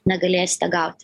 negalėsite gauti